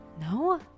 No